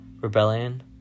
rebellion